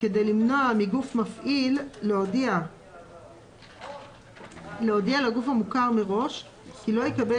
כדי למנוע מגוף מפעיל להודיע לגוף המוכר מראש כי לא יקבל